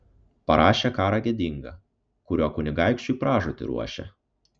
parašė karą gėdingą kuriuo kunigaikščiui pražūtį ruošia